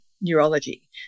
neurology